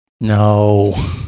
No